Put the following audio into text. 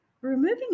Removing